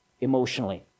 emotionally